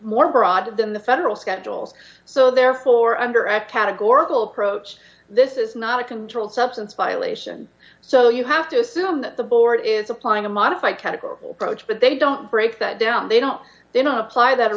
more broad than the federal schedules so therefore under at categorical approach this is not a controlled substance violation so you have to assume that the board is applying a modified categorical approach but they don't break that down they don't they're not apply that